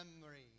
memory